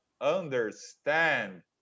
understand